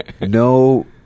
no